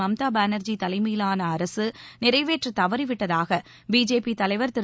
மம்தா பானர்ஜி தலைமையிவான அரசு நிறைவேற்ற தவறி விட்டதாக பிஜேபி தலைவர் திரு